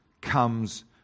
comes